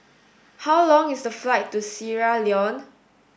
how long is the flight to Sierra Leone